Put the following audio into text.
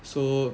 so